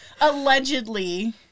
allegedly